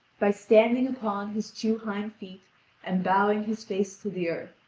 by standing upon his two hind-feet and bowing his face to the earth,